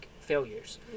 failures